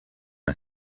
are